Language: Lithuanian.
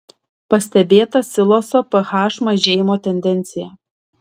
pastebėta siloso ph mažėjimo tendencija